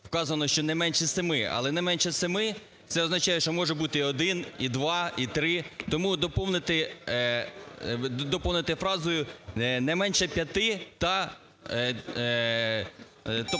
вказано, що не менше семи. Але не менше семи – це означає, що може бути і один, і два, і три. Тому доповнити фразою "не менше п'яти", тобто